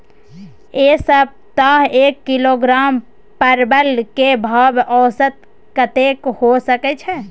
ऐ सप्ताह एक किलोग्राम परवल के भाव औसत कतेक होय सके छै?